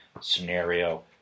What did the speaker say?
scenario